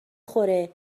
خوره